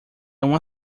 uma